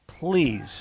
please